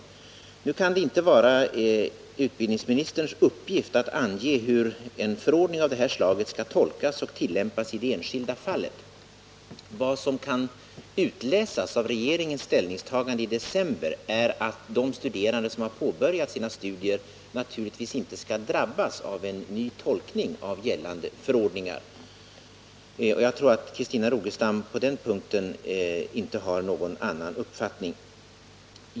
Det kan emellertid inte vara utbildningsministerns uppgift att ange hur en förordning av det här slaget skall tolkas och tillämpas i det enskilda fallet. Vad som kan utläsas av regeringens ställningstagande i december är att de studerande som påbörjat sina studier naturligtvis inte skall drabbas av en ny tolkning av gällande förordningar, och jag tror inte att Christina Rogestam på den punkten har någon annan uppfattning.